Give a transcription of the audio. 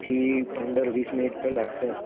અહીંથી પંદર વીસ મિનિટ તો લાગશે